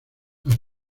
las